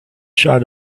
shot